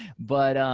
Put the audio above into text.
but